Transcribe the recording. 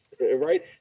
right